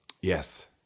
yes